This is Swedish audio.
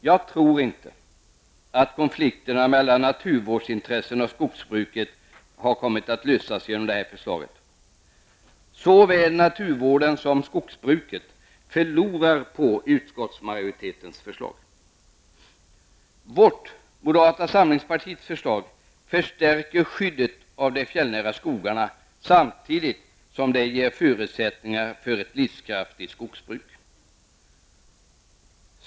Jag tror inte att konflikterna mellan naturvårdsintresset och skogsbruket kommer att lösas genom detta förslag. Såväl naturvården som skogsbruket förlorar på utskottsmajoritetens förslag. Moderata samlingspartiets förslag förstärker skyddet av de fjällnära skogarna, samtidigt som det skapar förutsättningar för ett livskraftigt skogsbruk.